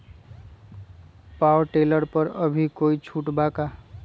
Power tiller पर अभी कोई छुट बा का?